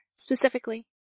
Specifically